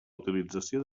utilització